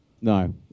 No